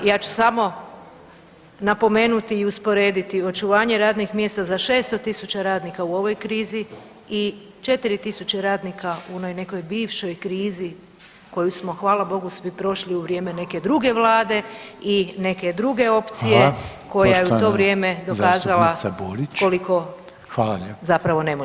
Ja ću samo napomenuti i usporediti očuvanje radnih mjesta za 600 tisuća radnika u ovoj krizi i 4 tisuće radnika u onoj nekoj bivšoj krizi koju smo hvala Bogu svi prošli u vrijeme neke druge vlade i neke druge opcije koja je u to vrijeme dokazala koliko zapravo ne može.